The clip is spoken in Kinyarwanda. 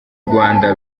rwanda